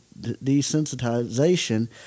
desensitization